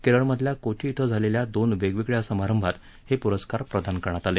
केरळमधल्या कोची श्व झालेल्या दोन वेगवेगळ्या समारंभात हे पुरस्कार प्रदान करण्यात आले